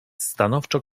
stanowczo